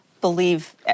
believe